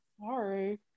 sorry